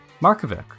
Markovic